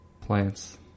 plants